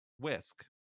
whisk